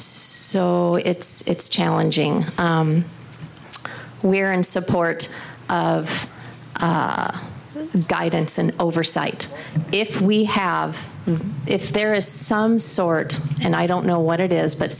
so it's challenging we're in support of guidance and oversight if we have if there is some sort and i don't know what it is but